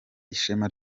ishema